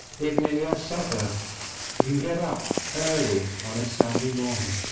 even in your suburb you can get up early on a sunday morning